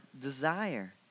desire